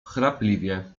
chrapliwie